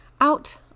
out